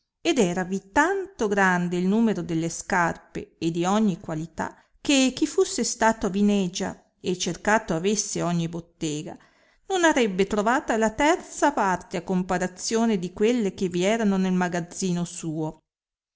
ed eravi tanto grande il numero delle scarpe e di ogni qualità che chi fusse stato a vinegia e cercato avesse ogni bottega non arrebbe trovata la terza parte a comparazione di quelle che vi erano nel magazzino suo